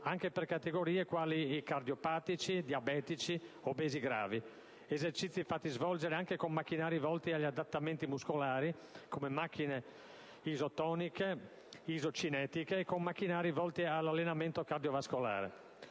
anche per categorie quali cardiopatici, diabetici, obesi gravi; esercizi fatti svolgere anche con macchinari volti agli adattamenti muscolari, come macchine isotoniche, isocinetiche, e con macchinari volti all'allenamento cardiovascolare.